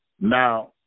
Now